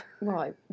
Right